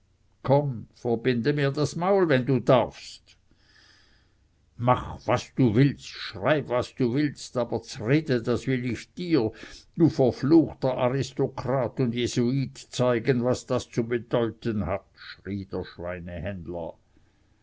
komm verbinde mir das maul wenn du darfst mach was du willst schreib was du willst aber dsrede das will ich dir du verfluchter aristokrat und jesuit zeigen was das zu bedeuten hat schrie der